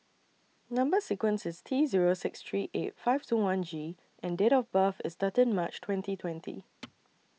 Number sequence IS T Zero six three eight five two one G and Date of birth IS thirteen March twenty twenty